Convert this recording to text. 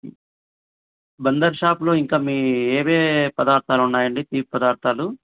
బందరు షాపులో ఇంకా మీ ఏవేవి పదార్థాలు ఉన్నాయండి తీపి పదార్థాలు